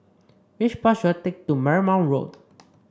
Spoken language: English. which bus should I take to Marymount Road